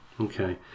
Okay